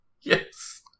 Yes